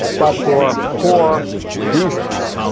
but for poor reasons,